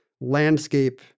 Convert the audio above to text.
landscape